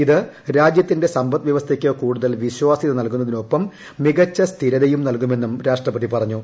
ഇത് രാജ്യത്തിന്റെ സമ്പദ് വ്യവസ്ഥയ്ക്ക് കൂടുതൽ വിശ്വാസ്യത നൽകുന്നതിനൊപ്പം മികച്ച സ്ഥിരതയും നൽകുമെന്നും രാഷ്ട്രപതി പറഞ്ഞു